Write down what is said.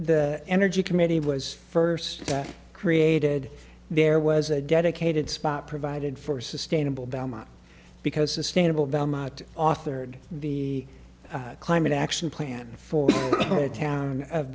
the energy committee was first created there was a dedicated spot provided for sustainable belmont because sustainable belmont authored the climate action plan for the town of